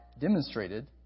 demonstrated